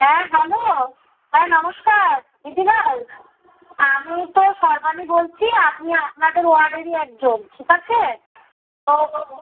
হ্যাঁ বলো হ্যাঁ নমস্কার দিদিভাই আমি তো শর্বাণী বলছি আপনি আপনাদের ওয়ার্ডেরই একজন ঠিক আছে তো